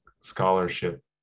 scholarship